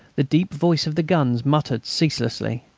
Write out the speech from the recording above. the deep voice of the guns muttered ceaselessly.